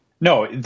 No